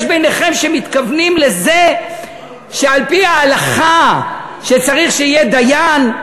יש ביניכם שמתכוונים לזה שעל-פי ההלכה צריך שיהיה דיין,